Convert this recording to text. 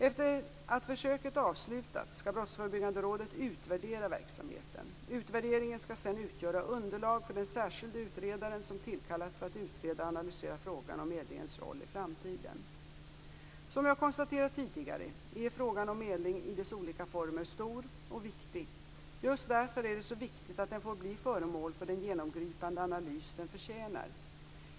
Efter att försöket avslutats skall Brottsförebyggande rådet utvärdera verksamheten. Utvärderingen skall sedan utgöra underlag för den särskilde utredaren som tillkallats för att utreda och analysera frågan om medlingens roll i framtiden. Som jag konstaterat tidigare är frågan om medling i dess olika former stor och viktig. Just därför är det så viktigt att den får bli föremål för den genomgripande analys den förtjänar.